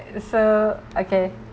so okay